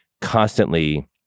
constantly